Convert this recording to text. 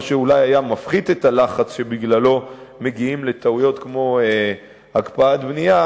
מה שאולי היה מפחית את הלחץ שבגללו מגיעים לטעויות כמו הקפאת בנייה,